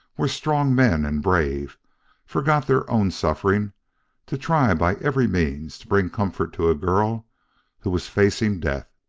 where strong men and brave forgot their own suffering to try by every means to bring comfort to a girl who was facing death.